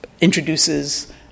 introduces